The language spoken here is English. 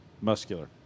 Muscular